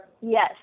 Yes